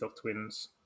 twins